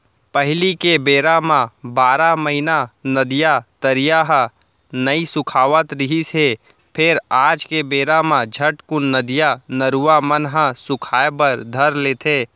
पहिली के बेरा म बारह महिना नदिया, तरिया ह नइ सुखावत रिहिस हे फेर आज के बेरा म झटकून नदिया, नरूवा मन ह सुखाय बर धर लेथे